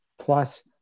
plus